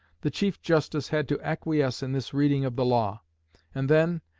the chief-justice had to acquiesce in this reading of the law and then,